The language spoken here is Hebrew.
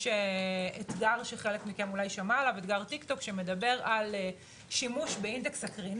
יש אתגר טיקטוק שאולי חלק מכם שמע עליו שמדבר על שימוש באינדקס הקרינה,